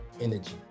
energy